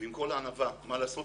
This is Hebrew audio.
- ועם כל הענווה, מה לעשות?